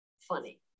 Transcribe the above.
funny